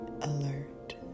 alert